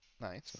Nice